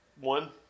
One